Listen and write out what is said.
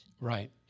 Right